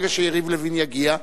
ברגע שיריב לוין יגיע,